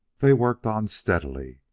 they worked on steadily,